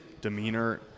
demeanor